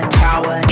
power